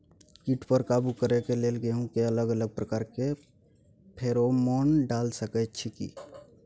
कीट पर काबू करे के लेल गेहूं के अलग अलग प्रकार के फेरोमोन डाल सकेत छी की?